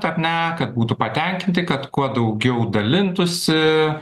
ar ne kad būtų patenkinti kad kuo daugiau dalintųsi